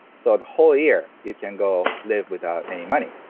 so, the whole year, you can go live without any money.